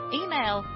email